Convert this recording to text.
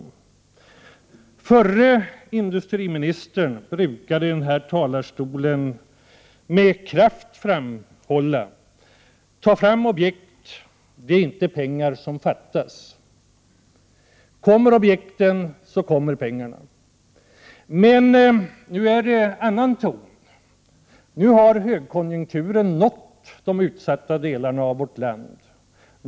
Den förra industriministern brukade i denna talarstol med kraft framhålla att man skulle ta fram objekt och att pengar inte fattades. Han sade att om objekten kommer så kommer pengarna. Nu är det en annan ton. Nu har högkonjunkturen nått de utsatta delarna av vårt land.